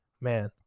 Man